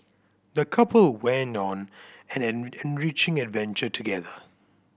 the couple went on an enriching adventure together